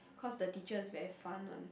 cause the teacher is very fun one